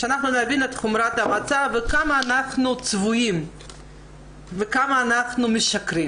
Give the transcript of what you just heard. כדי שנבין את חומרת המצב ועד כמה אנחנו צבועים וכמה משקרים.